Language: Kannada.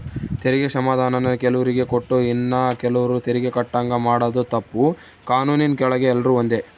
ತೆರಿಗೆ ಕ್ಷಮಾಧಾನಾನ ಕೆಲುವ್ರಿಗೆ ಕೊಟ್ಟು ಇನ್ನ ಕೆಲುವ್ರು ತೆರಿಗೆ ಕಟ್ಟಂಗ ಮಾಡಾದು ತಪ್ಪು, ಕಾನೂನಿನ್ ಕೆಳಗ ಎಲ್ರೂ ಒಂದೇ